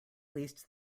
least